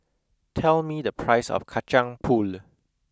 tell me the price of kacang pool